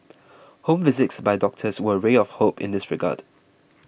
home visits by doctors were a ray of hope in this regard